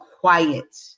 quiet